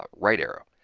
ah right arrow.